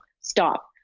Stop